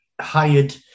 hired